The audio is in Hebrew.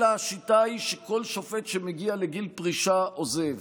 אלא השיטה היא שכל שופט שמגיע לגיל פרישה עוזב,